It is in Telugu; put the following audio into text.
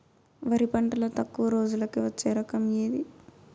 వరి పంటలో తక్కువ రోజులకి వచ్చే రకం ఏది?